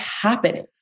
happening